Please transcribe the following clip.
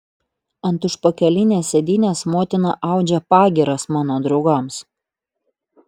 ant užpakalinės sėdynės motina audžia pagyras mano draugams